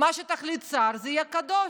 מה שיחליט שר, זה יהיה קדוש.